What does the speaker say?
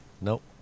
Nope